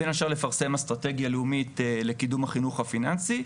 בין השאר לפרסם אסטרטגיה לאומית לקידום החינוך הפיננסי.